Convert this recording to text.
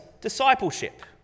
discipleship